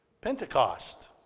Pentecost